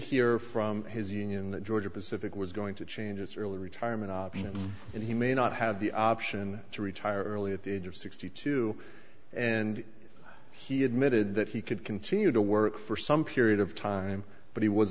hear from his union that georgia pacific was going to change its early retirement and he may not have the option to retire early at the age of sixty two and he admitted that he could continue to work for some period of time but he was